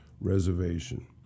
Reservation